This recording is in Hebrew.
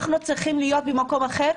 אנחנו צריכים להיות במקום אחר,